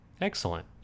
Excellent